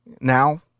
Now